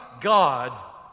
God